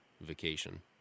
vacation